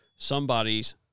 somebody's